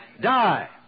Die